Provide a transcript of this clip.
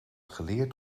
geleerd